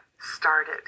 started